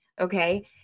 Okay